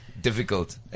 difficult